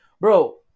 bro